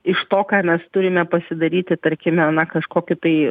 iš to ką mes turime pasidaryti tarkime na kažkokį tai